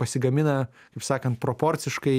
pasigamina kaip sakant proporciškai